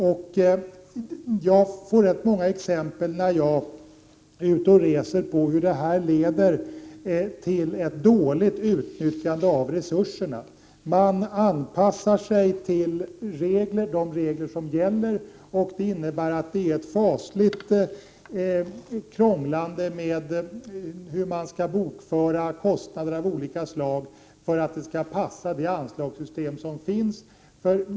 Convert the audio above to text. När jag är ute och reser får jag se många exempel på hur detta leder till ett dåligt utnyttjande av resurserna. Man anpassar sig till de regler som gäller, och det innebär att det är ett fasligt krånglande med hur man skall bokföra kostnader av olika slag för att de skall passa det anslagssystem som finns.